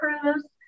Cruise